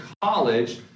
college